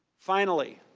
finally,